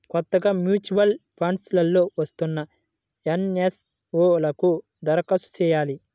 కొత్తగా mutual funds లో వస్తున్న ఎన్.ఎఫ్.ఓ లకు దరఖాస్తు చెయ్యాలి